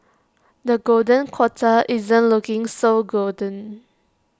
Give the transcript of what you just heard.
the golden quarter isn't looking so golden